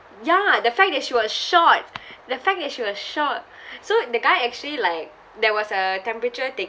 ya the fact that she was short the fact that she was short so the guy actually like there was a temperature taking